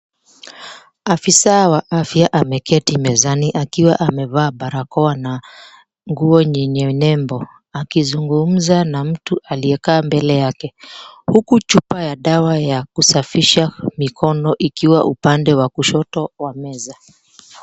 Afisa wa afya ameketi mezani akiwa amevaa barakoa na nguo yenye nembo akizungumza na mtu aliyekaa mbele yake huku chupa ya dawa ya kusafisha mikono ikiwa upande wa kushoto wa meza.